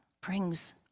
brings